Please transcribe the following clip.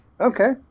Okay